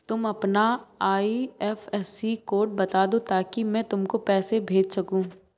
तुम अपना IFSC code बता दो ताकि मैं तुमको पैसे भेज सकूँ